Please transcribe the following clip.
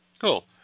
Cool